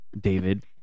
David